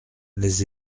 les